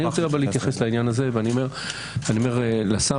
אבל אני מציע להתייחס לעניין הזה ואני אומר לשר: